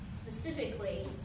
specifically